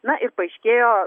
na ir paaiškėjo